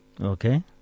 Okay